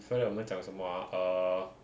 before that 我们讲什么 ah err